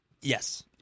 Yes